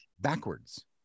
backwards